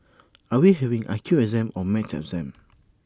are we having I Q exam or maths exam